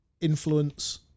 influence